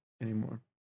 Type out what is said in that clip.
anymore